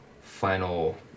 final